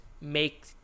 make